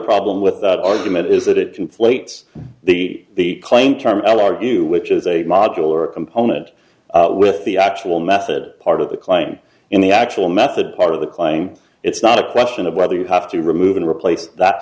problem with that argument is that it inflates the claim karmel argue which is a modular component with the actual method part of the claim in the actual method part of the claim it's not a question of whether you have to remove and replace that